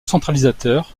centralisateur